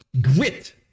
grit